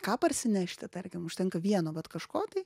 ką parsinešti tarkim užtenka vieno vat kažko tai